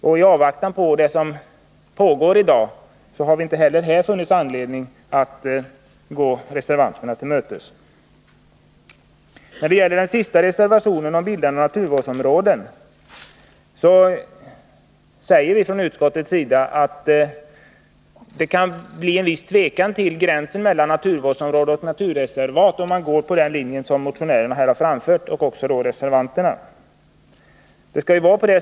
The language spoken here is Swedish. I avvaktan på slutförandet av det arbete som pågår i dag har vi inte heller här funnit anledning att gå reservanterna till mötes. När det gäller den sista reservationen, om bildande av naturvårdsområden, säger utskottet att det kan bli en viss tvekan om var gränsen skulle gå mellan naturvårdsområde och naturreservat för den händelse man väljer motionärernas och reservanternas linje.